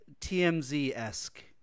TMZ-esque